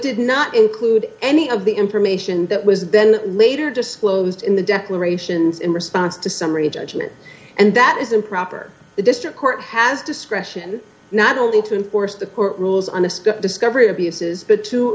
did not include any of the information that was then later disclosed in the declarations in response to summary judgment and that is improper the district court has discretion not only to enforce the court rules on a scope discovery abuses but to